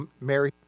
Mary